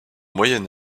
moyen